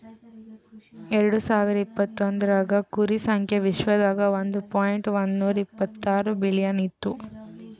ಎರಡು ಸಾವಿರ ಇಪತ್ತೊಂದರಾಗ್ ಕುರಿ ಸಂಖ್ಯಾ ವಿಶ್ವದಾಗ್ ಒಂದ್ ಪಾಯಿಂಟ್ ಒಂದ್ನೂರಾ ಇಪ್ಪತ್ತಾರು ಬಿಲಿಯನ್ ಇತ್ತು